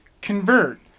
convert